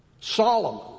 Solomon